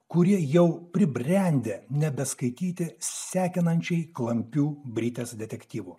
kurie jau pribrendę nebeskaityti sekinančiai klampių britės detektyvų